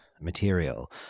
material